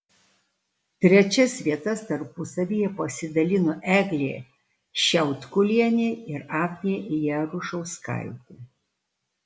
trečias vietas tarpusavyje pasidalino eglė šiaudkulienė ir agnė jarušauskaitė